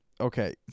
okay